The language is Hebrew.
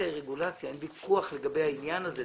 היא רגולציה ואין ויכוח לגבי העניין הזה.